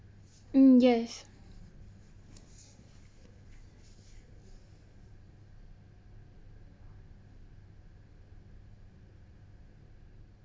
mm yes